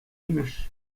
имӗш